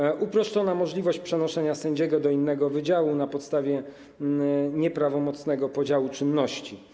To także uproszczona możliwość przenoszenia sędziego do innego wydziału na podstawie nieprawomocnego podziału czynności.